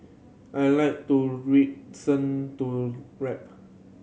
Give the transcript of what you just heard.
I like to to rap